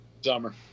summer